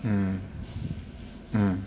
mm mm